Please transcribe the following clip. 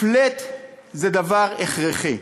flat זה דבר הכרחי,